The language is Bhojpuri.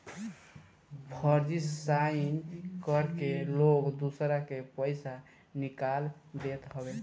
फर्जी साइन करके लोग दूसरा के पईसा निकाल लेत हवे